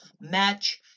match